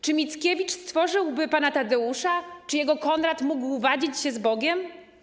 Czy Mickiewicz stworzyłby „Pana Tadeusza”, czy jego Konrad mógłby wadzić się z Bogiem?